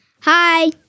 Hi